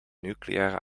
nucleaire